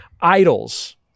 idols